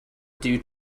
due